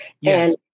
Yes